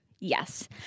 Yes